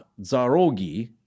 Zarogi